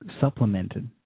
supplemented